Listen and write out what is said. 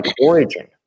origin